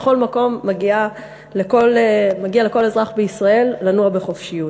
בכל מקום מגיע לכל אזרח בישראל לנוע בחופשיות.